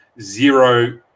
zero